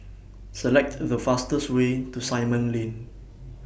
Select The fastest Way to Simon Lane